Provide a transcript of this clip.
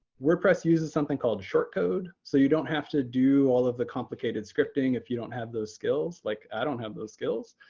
wordpress uses something called short code, so you don't have to do all of the complicated scripting if you don't have those skills, like i don't have those skills.